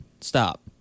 stop